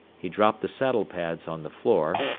he dropped the saddle pads on the floor,